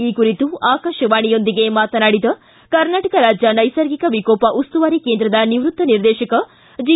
ಈ ಕುರಿತು ಆಕಾಶವಾಣಿಯೊಂದಿಗೆ ಮಾತನಾಡಿದ ಕರ್ನಾಟಕ ರಾಜ್ಯ ನೈಸರ್ಗಿಕ ವಿಕೋಪ ಉಸ್ತುವಾರಿ ಕೇಂದ್ರದ ನಿವೃತ್ತ ನಿರ್ದೇಶಕ ಜಿ